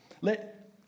Let